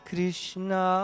Krishna